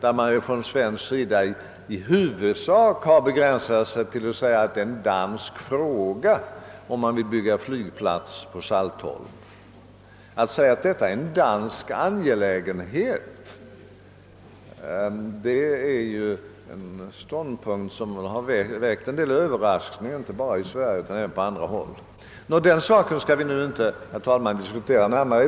På svensk sida har regeringen i huvudsak begränsat sig till att framhålla, att det är en dansk fråga om det skall byggas en flygplats på Saltholm. Att säga att detta är en helt dansk angelägenhet är en ståndpunkt som har väckt överraskning inte bara i Sverige utan även på andra håll. Den saken skall vi emellertid inte diskutera i dag.